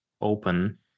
open